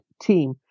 team